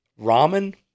ramen